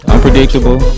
Unpredictable